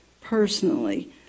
personally